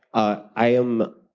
ah i am